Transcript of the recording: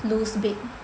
lose big